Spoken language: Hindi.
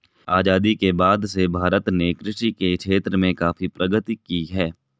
आजादी के बाद से भारत ने कृषि के क्षेत्र में काफी प्रगति की है